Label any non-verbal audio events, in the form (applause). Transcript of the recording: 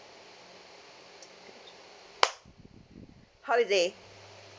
(noise) holiday